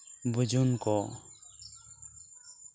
ᱵᱩᱡᱩᱱ ᱠᱚ